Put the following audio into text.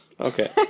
Okay